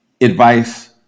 advice